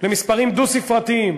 למספרים דו-ספרתיים